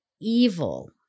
evil